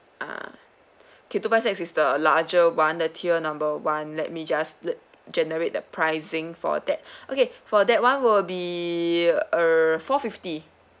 ah okay two five six is the larger one the tier number one let me just generate the pricing for that okay for that one will be err four fifty